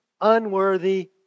unworthy